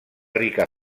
rica